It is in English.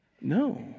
No